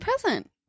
present